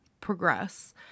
progress